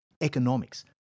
economics